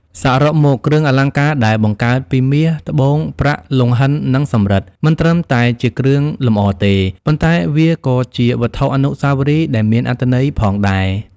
សរុបមក គ្រឿងអលង្ការដែលបង្កើតពីមាស ត្បូង ប្រាក់ លង្ហិន និងសំរិទ្ធ មិនត្រឹមតែជាគ្រឿងលម្អទេ ប៉ុន្តែវាក៏ជាវត្ថុអនុស្សាវរីយ៍ដែលមានអត្ថន័យផងដែរ។